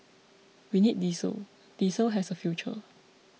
we need diesel diesel has a future